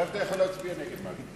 אתה יכול להצביע נגד.